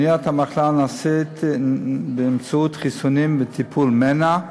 מניעת המחלה נעשית באמצעות חיסונים וטיפול מנע.